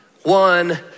One